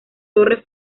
torre